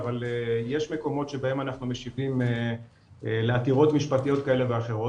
אבל יש מקומות שבהם אנחנו משיבים לעתירות משפטיות כאלה ואחרות,